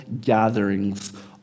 gatherings